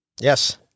Yes